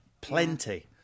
Plenty